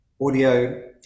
audio